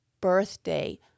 birthday